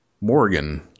Morgan